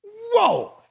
Whoa